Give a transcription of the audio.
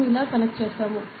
మేము ఇలా కనెక్ట్ చేసాము